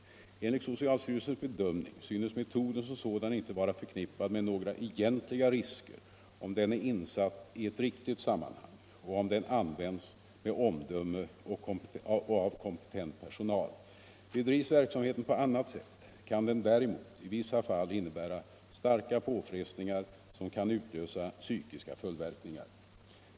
Enligt social styrelsens bedömning synes metoden som sådan inte vara förknippad med några egentliga risker om den är insatt i ett riktigt sammanhang och om den används med omdöme av kompetent personal. Bedrivs verksamheten på annat sätt kan den däremot i vissa fall innebära starka påfrestningar som kan utlösa psykiska följdverkningar.